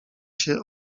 się